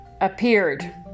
appeared